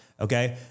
okay